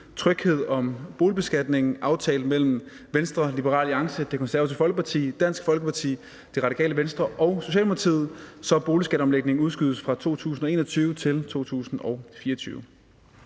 Tryghed om boligbeskatningen aftalt mellem Venstre, Liberal Alliance, Det Konservative Folkeparti, Dansk Folkeparti, Det Radikale Venstre og Socialdemokratiet, så boligskatteomlægningen udskydes fra 2021 til 2024.